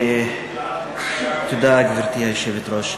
תודה, גברתי היושבת-ראש.